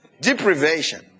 deprivation